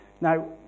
Now